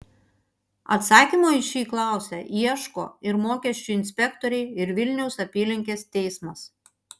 atsakymo į šį klausią ieško ir mokesčių inspektoriai ir vilniaus apylinkės teismas